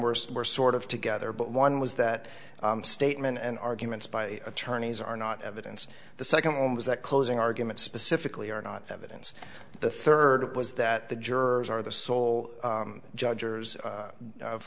worst were sort of together but one was that statement and arguments by attorneys are not evidence the second homes that closing argument specifically are not evidence the third was that the jurors are the sole